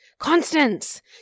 Constance